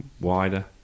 wider